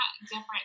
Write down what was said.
different